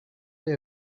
they